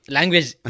Language